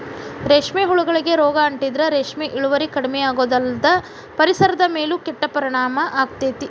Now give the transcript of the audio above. ರೇಷ್ಮೆ ಹುಳಗಳಿಗೆ ರೋಗ ಅಂಟಿದ್ರ ರೇಷ್ಮೆ ಇಳುವರಿ ಕಡಿಮಿಯಾಗೋದಲ್ದ ಪರಿಸರದ ಮೇಲೂ ಕೆಟ್ಟ ಪರಿಣಾಮ ಆಗ್ತೇತಿ